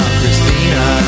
Christina